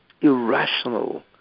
irrational